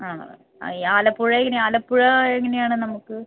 ആണോ ഈ ആലപ്പുഴ എങ്ങനെയാണ് ആലപ്പുഴ എങ്ങനെയാണ് നമുക്ക്